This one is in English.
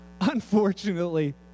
Unfortunately